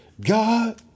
God